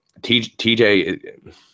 TJ